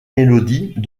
mélodies